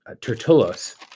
Tertullus